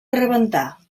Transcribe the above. rebentar